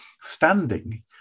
standing